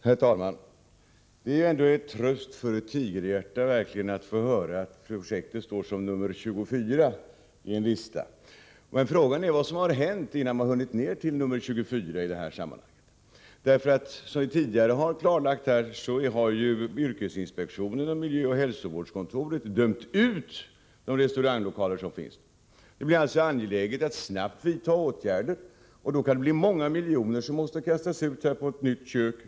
Herr talman! Det är verkligen en tröst för ett tigerhjärta att få höra att projektet står som nr 24 på en lista. Frågan är vad som har hänt, innan man hunnit ned till nr 24 i detta sammanhang. Som vi tidigare klarlagt här har ju yrkesinspektionen och miljöoch hälsovårdsmyndigheterna dömt ut de restauranglokaler som nu finns. Det är således angeläget att snabbt vidta åtgärder. Det kan bli många miljoner som måste kastas ut på ett nytt kök.